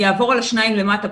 אני אעבור על השניים למטה,